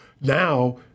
Now